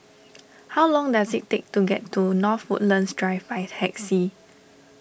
how long does it take to get to North Woodlands Drive by taxi